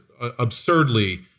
absurdly